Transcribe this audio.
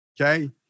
Okay